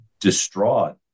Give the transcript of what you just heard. distraught